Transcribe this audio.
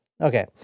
Okay